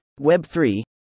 Web3